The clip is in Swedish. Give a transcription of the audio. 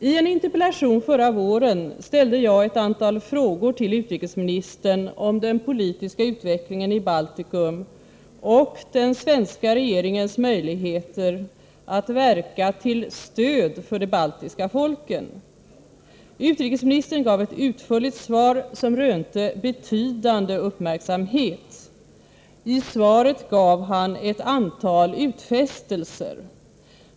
I en interpellation förra våren ställde jag ett antal frågor till utrikesministern om den politiska utvecklingen i Baltikum och den svenska regeringens möjligheter att verka till stöd för de baltiska folken. Utrikesministern gav ett utförligt svar, som rönte betydande uppmärksamhet. I svaret gav han ett antal utfästelser.